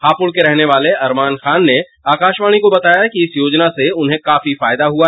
हापुड़ के रहने वाले अरमान खान ने आकाशवाणी को बताया कि इस योजना से उन्हें काफी फायदा हुआ